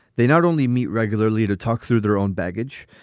they not only meet regularly to talk through their own baggage,